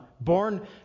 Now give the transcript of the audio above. born